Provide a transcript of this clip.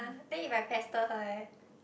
then if I pester her eh